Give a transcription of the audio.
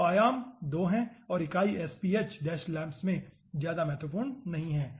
तो आयाम 2 है और इकाई sph laamps में ज्यादा महत्वपूर्ण नहीं है